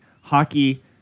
hockey